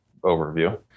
overview